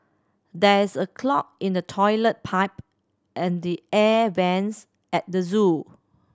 there is a clog in the toilet pipe and the air vents at the zoo